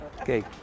Okay